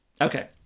Okay